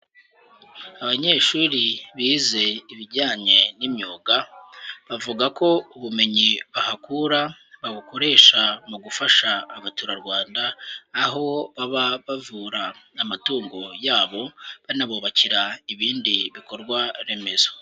Abanyeshuri bize ibijyanye n'imyuga, bavuga ko ubumenyi bahakura babukoresha mu gufasha abaturarwanda, aho baba bavura amatungo yabo banabubakira ibindi bikorwa remezo.